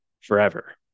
forever